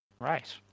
Right